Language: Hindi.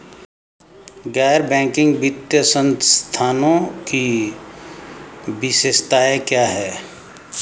गैर बैंकिंग वित्तीय संस्थानों की विशेषताएं क्या हैं?